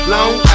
Long